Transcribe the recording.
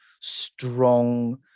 strong